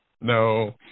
no